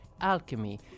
alchemy